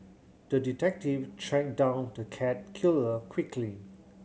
the detective tracked down the cat killer quickly